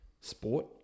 sport